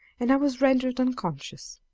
and i was rendered unconscious.